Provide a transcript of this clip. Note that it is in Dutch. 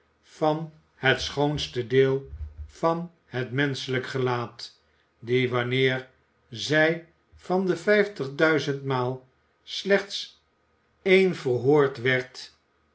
van het schoonste deel van het menschelijk gelaat die wanneer zij van de vijftigduizendmaal slechts een verhoord werd